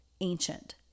ancient